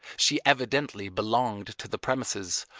she evidently belonged to the premises,